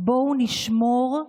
בואו נשמור,